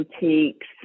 boutiques